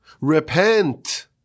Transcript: Repent